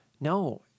No